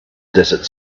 desert